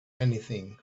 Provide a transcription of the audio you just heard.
anything